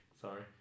Sorry